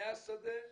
מהשדה.